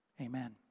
amen